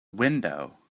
window